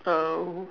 uh